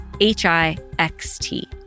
H-I-X-T